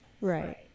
Right